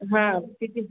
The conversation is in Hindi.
हाँ फिटिंग